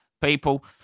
people